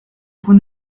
vous